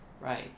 Right